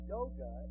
Yoga